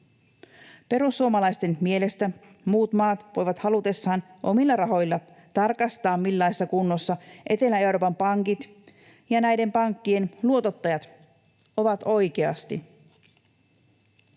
Perussuomalaisten mielestä muut maat voivat halutessaan omilla rahoillaan tarkastaa, millaisessa kunnossa Etelä-Euroopan pankit ja näiden pankkien luotottajat ovat oikeasti.